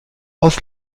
aus